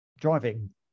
driving